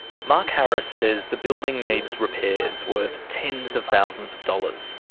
mark harris says the building needs repairs worth tens of thousands of dollars.